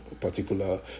particular